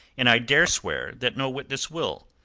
and i dare swear that no witness will.